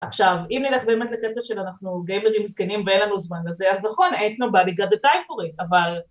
עכשיו, אם נלך באמת לקטע של אנחנו גיימרים מסכנים ואין לנו זמן לזה, אז נכון, ain't nobody got time for it, אבל...